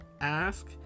ask